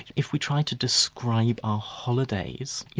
if we try to describe our holidays, you